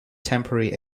temporary